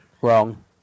Wrong